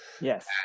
yes